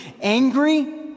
angry